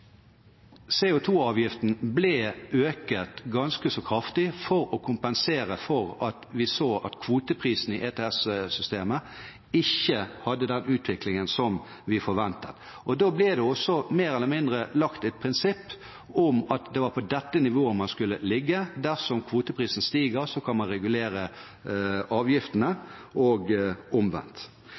ble økt ganske så kraftig for å kompensere for at vi så at kvoteprisene i ETS-systemet ikke hadde den utviklingen som vi forventet. Da ble det mer eller mindre lagt et prinsipp om at det var på dette nivået man skulle ligge. Dersom kvoteprisen stiger, kan man regulere avgiftene – og